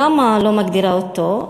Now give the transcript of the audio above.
למה היא לא מגדירה אותו?